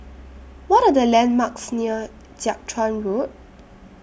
What Are The landmarks near Jiak Chuan Road